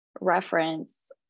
reference